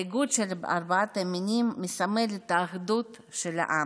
האיגוד של ארבעת המינים מסמל את האחדות של העם.